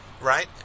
right